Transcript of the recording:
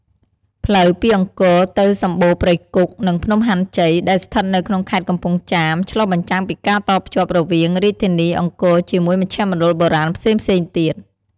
ផ្លូវពីអង្គរទៅសម្បូណ៌ព្រៃគុក និងភ្នំហាន់ជ័យ ដែលស្ថិតនៅក្នុងខេត្តកំពង់ចាម ឆ្លុះបញ្ចាំងពីការតភ្ជាប់រវាងរាជធានីអង្គរជាមួយមជ្ឈមណ្ឌលបុរាណផ្សេងៗទៀត។